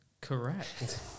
Correct